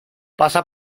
pasa